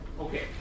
Okay